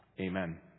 Amen